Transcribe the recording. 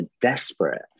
desperate